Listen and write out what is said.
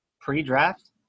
Pre-draft